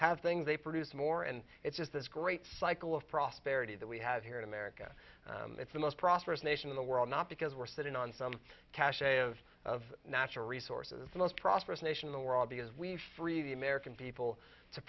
have things they produce more and it's just this great cycle of prosperity that we have here in america it's the most prosperous nation in the world not because we're sitting on some cache of of natural resources the most prosperous nation in the we're all because we free the american people to